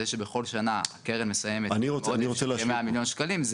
זה שבכל שנה הקרן מסיימת בעודף של כ-100 מיליון שקלים,